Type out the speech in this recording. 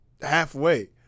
halfway